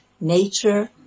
nature